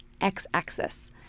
x-axis